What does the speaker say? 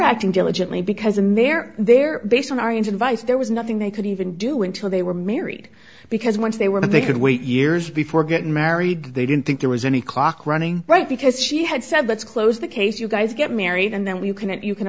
acting diligently because in there they're based on aryans advice there was nothing they could even do until they were married because once they were they could wait years before getting married they didn't think there was any clock running right because she had said let's close the case you guys get married and then we cou